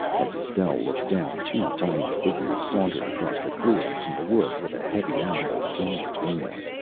as estelle looked down two tiny figures sauntered across the clearing from the woods with a heavy animal slung between them.